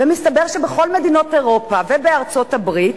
ומסתבר שבכל מדינות אירופה ובארצות-הברית